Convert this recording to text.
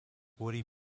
woody